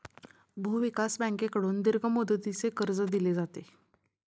भूविकास बँकेकडून दीर्घ मुदतीचे कर्ज दिले जाते